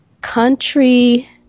country